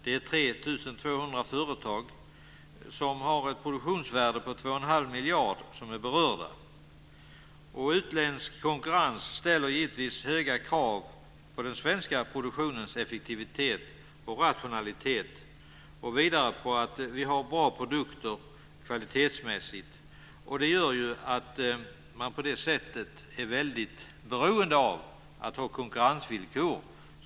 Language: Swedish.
Den berör 3 200 företag med ett produktionsvärde om 2 1⁄2 miljard. Utländsk konkurrens ställer givetvis höga krav på den svenska produktionens effektivitet och rationalitet och förutsätter att vi har kvalitetsmässigt bra produkter. Det gör också att man är väldigt beroende av att få rättvisa konkurrensvillkor.